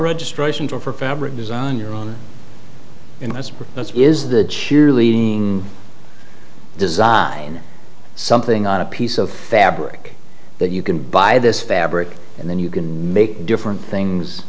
registration for fabric design your own investment is the cheerleading design something on a piece of fabric that you can buy this fabric and then you can make different things